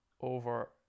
over